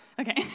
Okay